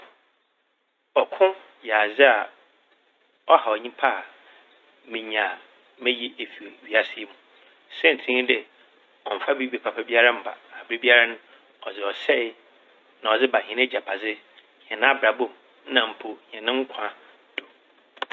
Ɔko yɛ adze a ɔhaw nyimpa a minya a meyi efi wiase yi mu. Saintsir nye dɛ ɔmmfa bribi papa biara mmba. Aber biara n' ɔdze ɔsɛe na ɔdze ba hɛn egyapadze, hɛn abrabɔ mu, na mpo hɛn nkwa do.